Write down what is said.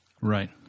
Right